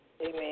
Amen